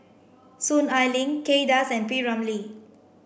Soon Ai Ling Kay Das and P Ramlee